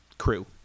crew